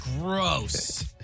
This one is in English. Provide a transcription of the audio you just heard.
Gross